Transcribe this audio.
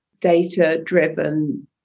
data-driven